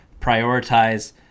prioritize